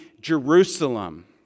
Jerusalem